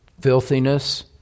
filthiness